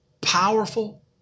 powerful